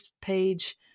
page